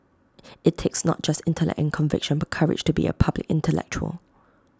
IT takes not just intellect and conviction but courage to be A public intellectual